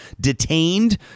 detained